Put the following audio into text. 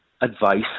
advice